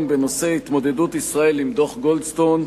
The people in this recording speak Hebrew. בנושא התמודדות ישראל עם דוח גולדסטון,